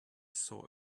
saw